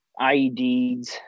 IEDs